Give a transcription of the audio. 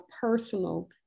personal